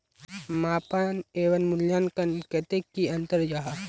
मापन एवं मूल्यांकन कतेक की अंतर जाहा?